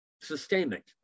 sustainment